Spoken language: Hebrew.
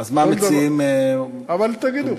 אז מה מציעים, אבל תגידו.